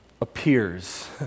appears